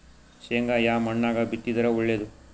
ಶೇಂಗಾ ಯಾ ಮಣ್ಣಾಗ ಬಿತ್ತಿದರ ಒಳ್ಳೇದು?